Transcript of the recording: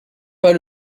pas